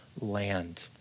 land